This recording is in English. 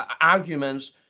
arguments